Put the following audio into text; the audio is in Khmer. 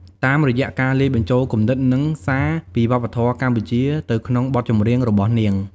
តាមរយៈការលាយបញ្ចូលគំនិតនិងសារពីវប្បធម៌កម្ពុជាទៅក្នុងបទចម្រៀងរបស់នាង។